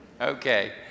Okay